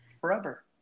Forever